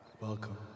Welcome